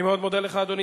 אני מאוד מודה לך, אדוני.